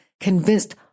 convinced